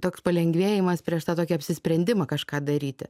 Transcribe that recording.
toks palengvėjimas prieš tą tokį apsisprendimą kažką daryti